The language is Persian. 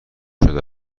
شده